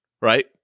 right